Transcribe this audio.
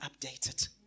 updated